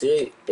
תראי,